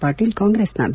ವಾಟೀಲ್ ಕಾಂಗ್ರೆಸ್ನ ಬಿ